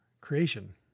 creation